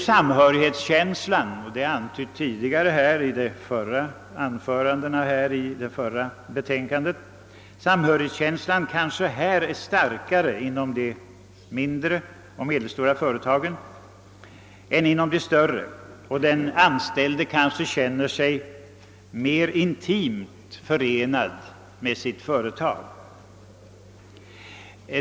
Såsom antytts i tidigare anföranden här är samhörighetskänslan kanske starkare inom de mindre och medelstora företagen än inom de större, och den anställde där känner sig mer intimt förbunden med sitt företag.